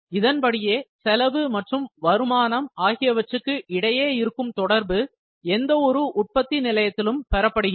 இதன்படியே செலவு மற்றும் வருமானம் ஆகியவற்றுக்கு இடையே இருக்கும் தொடர்பு எந்த ஒரு உற்பத்தி நிலையத்திலும் பெறப்படுகிறது